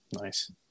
nice